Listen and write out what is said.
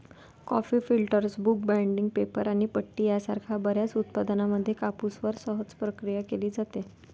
coffee filters, book binding, paper आणि पट्टी यासारख्या बर्याच उत्पादनांमध्ये कापूसवर सहज प्रक्रिया केली जाते